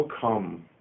come